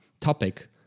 topic